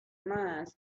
mine